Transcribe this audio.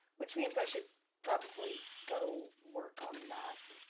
which means i should probably go work on that,